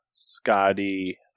scotty